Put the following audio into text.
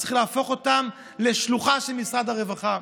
צריך להפוך אותן לשלוחה של משרד הרווחה.